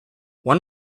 one